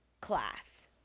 class